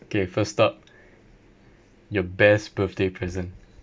okay first stop your best birthday present